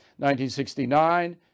1969